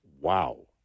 Wow